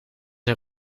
een